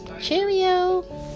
cheerio